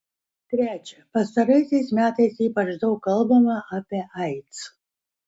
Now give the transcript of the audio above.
trečia pastaraisiais metais ypač daug kalbama apie aids